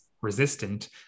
resistant